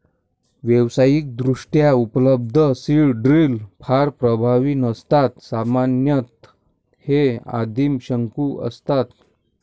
व्यावसायिकदृष्ट्या उपलब्ध seed drill फार प्रभावी नसतात सामान्यतः हे आदिम शंकू असतात